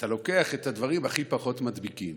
אתה לוקח את הדברים הכי פחות מידבקים